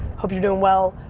hope you're doing well,